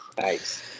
Nice